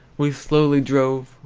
we slowly drove,